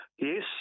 Yes